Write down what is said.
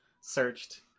searched